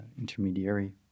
intermediary